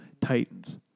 Titans